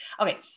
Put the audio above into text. Okay